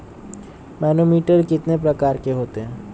Manometer कितने प्रकार के होते हैं?